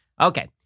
Okay